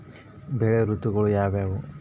ಬೆಳೆ ಋತುಗಳು ಯಾವ್ಯಾವು?